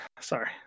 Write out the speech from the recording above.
Sorry